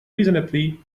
reasonably